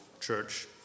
church